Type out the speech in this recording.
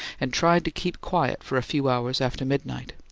and tried to keep quiet for a few hours after midnight,